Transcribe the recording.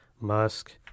Musk